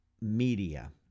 media